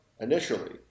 initially